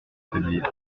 faiblir